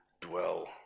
dwell